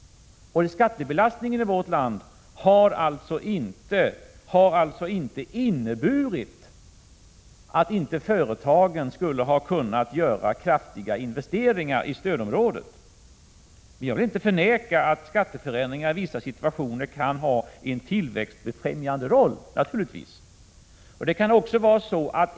Skattebelastningen i vårt land har alltså inte inneburit att företagen inte skulle ha kunnat göra kraftiga investeringar i stödområdet. Jag vill inte förneka att skatteförändringar i vissa situationer kan ha en tillväxtbefrämjande roll. Naturligtvis är det så.